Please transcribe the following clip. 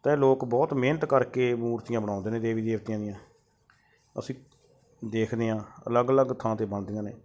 ਅਤੇ ਇਹ ਲੋਕ ਬਹੁਤ ਮਿਹਨਤ ਕਰਕੇ ਮੂਰਤੀਆਂ ਬਣਾਉਂਦੇ ਨੇ ਦੇਵੀ ਦੇਵਤਿਆਂ ਦੀਆਂ ਅਸੀਂ ਦੇਖਦੇ ਹਾਂ ਅਲੱਗ ਅਲੱਗ ਥਾਂ 'ਤੇ ਬਣਦੀਆਂ ਨੇ